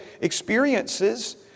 experiences